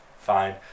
Fine